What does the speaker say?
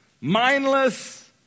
Mindless